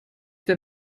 der